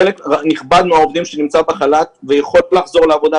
חלק נכבד מהעובדים שנמצאים בחל"ת ויכולים לחזור לעבודה,